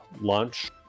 lunch